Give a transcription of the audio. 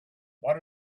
what